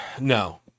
no